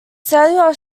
cellular